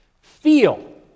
Feel